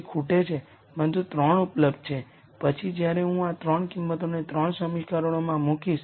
તેથી આ કોઈપણ n r આઇગન વેક્ટર્સ માટે સાચું હોઈ શકે છે જે આ મેટ્રિક્સ A ની નલ સ્પેસમાં નથી